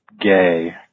gay